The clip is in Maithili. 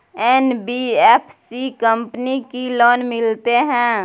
एन.बी.एफ.सी कंपनी की लोन मिलते है?